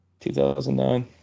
2009